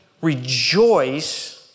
rejoice